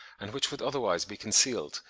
and which would otherwise be concealed,